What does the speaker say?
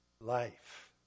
life